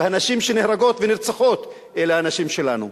והנשים שנהרגות ונרצחות אלה הנשים שלנו,